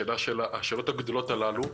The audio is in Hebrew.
השאלות הגדולות הללו.